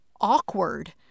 awkward